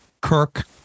Kirk